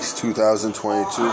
2022